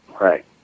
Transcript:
right